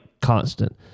constant